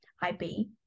IB